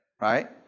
right